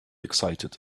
excited